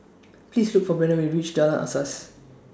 Please Look For Branden when YOU REACH Jalan Asas